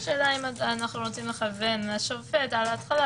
השאלה אם אנחנו רוצים לכוון לשופט מההתחלה